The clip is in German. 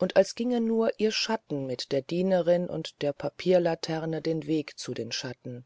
und als ginge nur ihr schatten mit der dienerin und der papierlaterne den weg zu den schatten